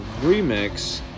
remix